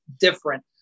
different